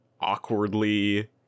awkwardly